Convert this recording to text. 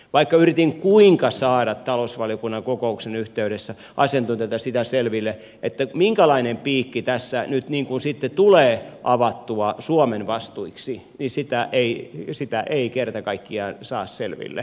vaikka yritin kuinka saada talousvaliokunnan kokouksen yhteydessä asiantuntijoilta selville minkälainen piikki tässä nyt sitten tulee avattua suomen vastuiksi niin sitä ei kerta kaikkiaan saa selville